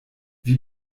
wie